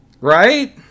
Right